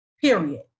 period